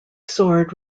sword